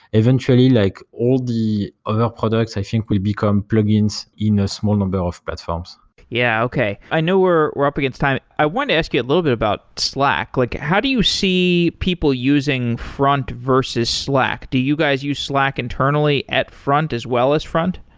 eventually like all the other products i think will become plugins in a small number of platforms yeah, okay. i know we're we're up against time. i want to ask you a little bit about slack. like how do you see people using front versus slack? do you guys use slack internally at front, as well as front?